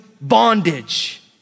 bondage